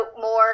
more